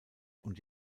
und